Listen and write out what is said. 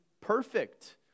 perfect